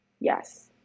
Yes